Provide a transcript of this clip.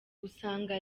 usanga